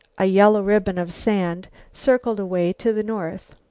a yellow ribbon of sand, circled away to the north.